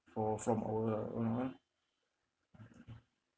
for from our (uh huh)